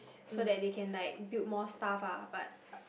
so that they can like build more stuff ah but